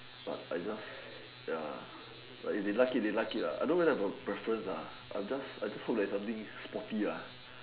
but I just ya but if they like it they like I don't know whether I got preference I just hope is something sporty